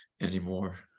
anymore